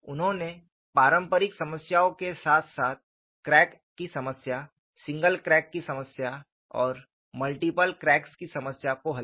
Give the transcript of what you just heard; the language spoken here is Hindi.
उन्होंने पारंपरिक समस्याओं के साथ साथ क्रैक्स की समस्या सिंगल क्रैक्स की समस्या और मल्टीपल क्रैक्स की समस्या को हल किया